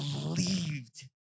believed